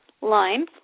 line